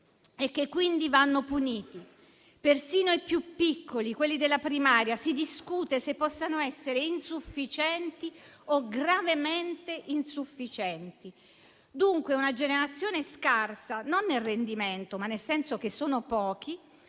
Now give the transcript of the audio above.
e che quindi vadano puniti: persino i più piccoli, quelli della primaria, si discute se possano essere insufficienti o gravemente insufficienti. Si tratta dunque di una generazione scarsa non nel rendimento, ma nel senso che sono pochi